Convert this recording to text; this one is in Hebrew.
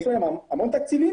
יש להם כנראה המון תקציבים,